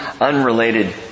unrelated